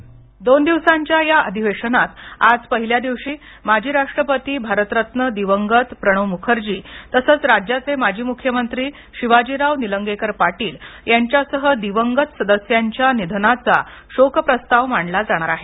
script आज पहिल्या दिवशी माजी राष्ट्रपती भारतरत्न दिवंगत प्रणव मुखर्जी तसंच राज्याचे माजी मुख्यमंत्री शिवाजीराव निलंगेकर पाटील यांच्यासह दिवंगत सदस्यांच्या निधनाचा शोकप्रस्ताव मांडला जाणार आहे